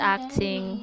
Acting